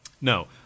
No